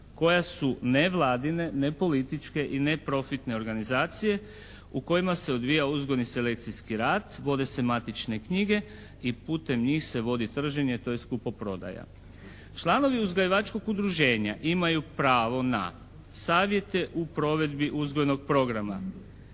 koja su nevladine, nepolitičke i neprofitne organizacije u kojima se odvija uzgojni selekcijski rad, vode se matične knjige i putem njih se vodi trženje, tj., kupoprodaja. Članovi uzgajivačkog udruženja imaju pravo na savjete u provedbi uzgojnog programa,